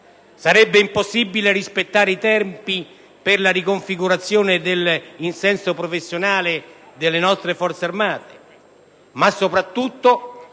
impossibile rispettare i tempi per la riconfigurazione in senso professionale delle nostre Forze armate. Soprattutto,